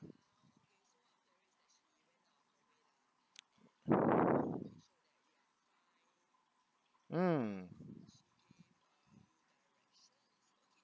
mm